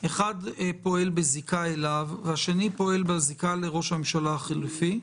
אחד פועל בזיקה אליו והשני פועל בזיקה לראש הממשלה החלופי,